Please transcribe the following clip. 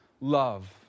love